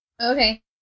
Okay